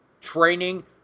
training